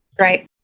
Right